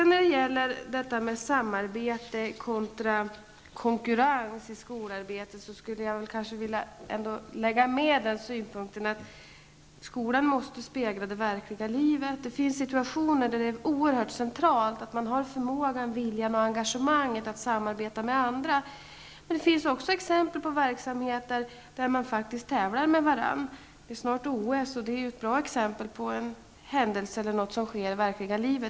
När det gäller detta med samarbete kontra konkurrens i fråga om skolarbetet skulle jag nog vilja få med synpunkten att skolan måste återspegla verkligheten. Det finns ju situationer där det är oerhört centralt att man har förmåga, vilja och engagemang när det gäller att samarbeta med andra. Men det finns också exempel på verksamheter där människor faktiskt tävlar med varandra. Det är ju snart OS. Det är ett bra exempel på en händelse i det verkliga livet.